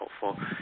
helpful